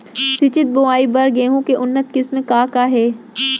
सिंचित बोआई बर गेहूँ के उन्नत किसिम का का हे??